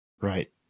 Right